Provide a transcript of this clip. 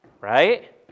right